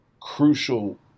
crucial